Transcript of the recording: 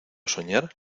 soñar